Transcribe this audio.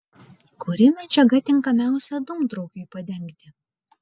kuri medžiaga tinkamiausia dūmtraukiui padengti